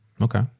Okay